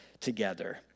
together